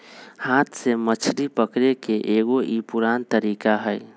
हाथ से मछरी पकड़े के एगो ई पुरान तरीका हई